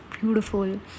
beautiful